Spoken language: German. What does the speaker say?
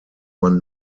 man